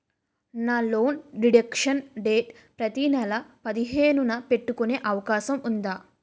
నా loan deduction date ప్రతి నెల పదిహేను న పెట్టుకునే అవకాశం ఉందా?